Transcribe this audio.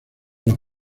los